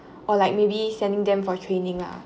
or like maybe sending them for training lah